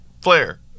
Flair